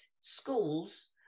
schools